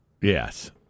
Yes